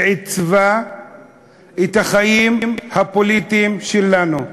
שעיצבה את החיים הפוליטיים שלנו.